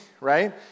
right